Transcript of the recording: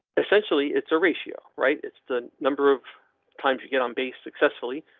essentially it's a ratio, right? it's the number of times you get on base successfully.